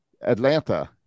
Atlanta